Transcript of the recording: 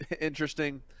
interesting